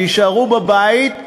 שיישארו בבית,